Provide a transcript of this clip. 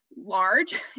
large